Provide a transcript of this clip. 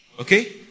Okay